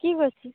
কী করছিস